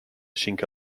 xinca